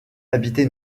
habitait